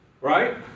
right